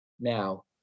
Now